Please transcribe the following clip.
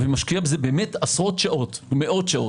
משקי בזה מאות שעות,